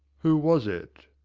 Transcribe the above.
who was it?